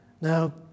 Now